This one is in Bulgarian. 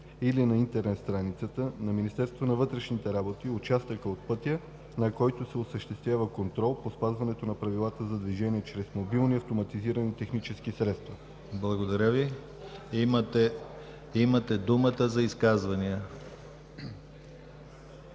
или на интернет страницата на Министерството на вътрешните работи участъка от пътя, на който се осъществява контрол по спазването на правилата за движение чрез мобилни автоматизирани технически средства;“. Комисията не подкрепя